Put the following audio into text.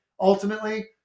ultimately